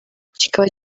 kikaba